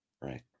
Right